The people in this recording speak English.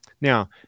Now